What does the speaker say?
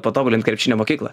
patobulint krepšinio mokyklą